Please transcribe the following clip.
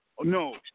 no